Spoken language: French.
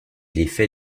l’effet